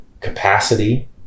capacity